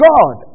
God